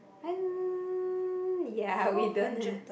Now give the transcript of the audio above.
and ya we don't have